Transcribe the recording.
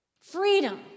freedom